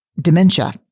dementia